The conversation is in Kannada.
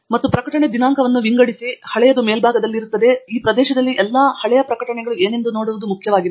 ಮತ್ತು ಪ್ರಕಟಣೆ ದಿನಾಂಕದಂದು ವಿಂಗಡಿಸಿ ಹಳೆಯದು ಮೇಲ್ಭಾಗದಲ್ಲಿದೆ ಈ ಪ್ರದೇಶದಲ್ಲಿ ಎಲ್ಲ ಮುಂಚಿನ ಅಥವಾ ಹಳೆಯ ಪ್ರಕಟಣೆಗಳು ಏನೆಂದು ನೋಡಲು ಮುಖ್ಯವಾಗಿದೆ